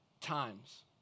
times